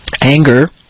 Anger